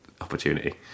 opportunity